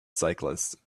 cyclists